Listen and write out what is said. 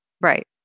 Right